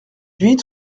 huit